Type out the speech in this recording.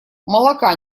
молока